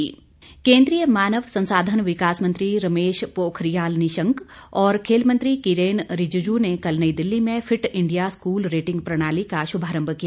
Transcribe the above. fit India केन्द्रीय मानव संसाधन विकास मंत्री रमेश पोखरियाल निशंक और खेल मंत्री किरेन रिजिजू ने कल नई दिल्ली में फिट इंडिया स्कूल रेटिंग प्रणाली का शुभारंभ किया